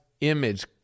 image